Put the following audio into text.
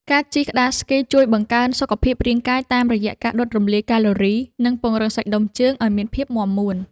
ការជិះក្ដារស្គីជួយបង្កើនសុខភាពរាងកាយតាមរយៈការដុតរំលាយកាឡូរី និងពង្រឹងសាច់ដុំជើងឱ្យមានភាពមាំមួន។